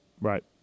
Right